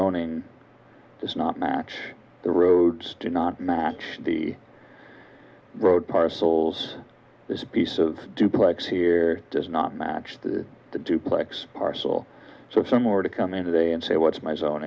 zoning does not match the roads do not match the road parcels this piece of duplex here does not match the duplex parcel so similar to come in today and say what's my